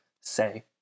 say